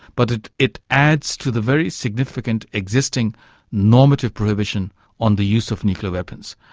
but it it adds to the very significant existing normative prohibition on the use of nuclear weapons,